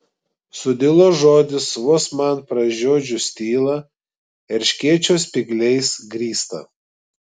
sudilo žodis vos man pražiodžius tylą erškėčio spygliais grįstą